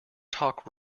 talk